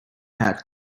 hat